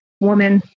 woman